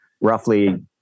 roughly